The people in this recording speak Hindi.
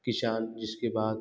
किसान जिसके बाद